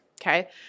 Okay